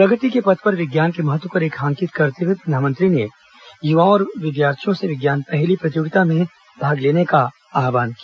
प्रगति के पथ पर विज्ञान के महत्व को रेखांकित करते हुए प्रधानमंत्री ने युवाओं और विद्यार्थियों से विज्ञान पहेली प्रतियोगिता में भाग लेने का आहवान किया